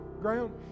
ground